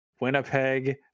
Winnipeg